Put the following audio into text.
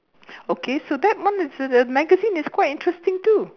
okay so that one the is the magazine is quite interesting too